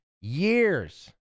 years